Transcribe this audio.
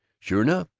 sure enough,